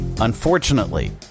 Unfortunately